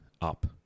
up